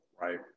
Right